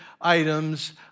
items